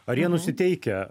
ar jie nusiteikę